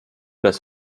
dass